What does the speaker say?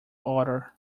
order